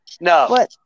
No